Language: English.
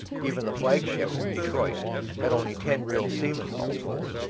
even the flagship detroit had only ten real seamen, all told.